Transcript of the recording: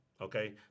Okay